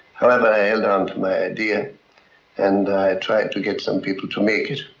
however, i held on to my idea and i tried to get some people to make it,